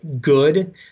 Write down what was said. good